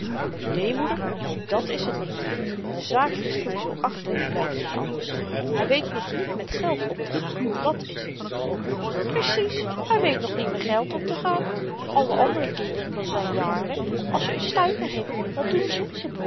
né moeder dàt is het niet de zaak is dat-i zoo achterlyk blyft in alles hy weet nog niet met geld omtegaan dàt is het precies hy weet nog niet met geld om te gaan alle andere kinderen van zyn jaren als ze n n stuiver hebben wat doen ze ze